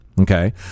okay